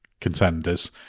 contenders